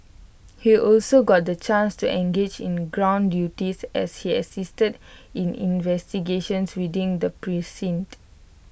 he also got the chance to engage in ground duties as he assisted in investigations within the precinct